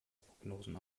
prognosen